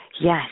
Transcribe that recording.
Yes